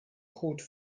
code